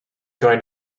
going